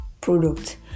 product